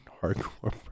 hardcore